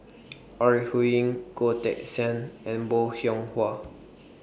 Ore Huiying Goh Teck Sian and Bong Hiong Hwa